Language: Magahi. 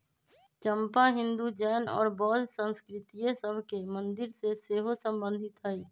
चंपा हिंदू, जैन और बौद्ध संस्कृतिय सभ के मंदिर से सेहो सम्बन्धित हइ